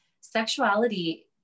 sexuality